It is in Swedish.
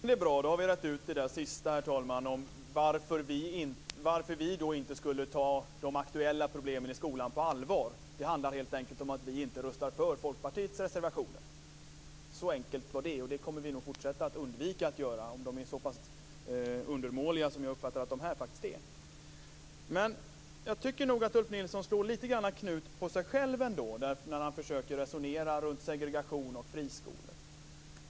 Herr talman! Det är bra. Då har vi rett ut varför vi inte skulle ta de aktuella problemen i skolan på allvar. Det handlar helt enkelt om att vi inte röstar för Folkpartiets reservationer. Så enkelt var det. Det kommer vi nog att fortsätta att undvika om de är så pass undermåliga som jag uppfattar att de här faktiskt är. Men jag tycker nog att Ulf Nilsson slår lite grann knut på sig själv när han försöker resonera om segregation och friskolor.